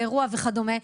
האירוע וכדומה.